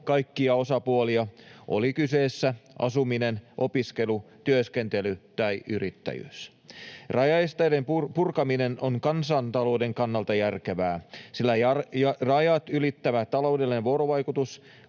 kaikkia osapuolia, oli kyseessä asuminen, opiskelu, työskentely tai yrittäjyys. Rajaesteiden purkaminen on kansantalouden kannalta järkevää, sillä rajat ylittävä taloudellinen vuorovaikutus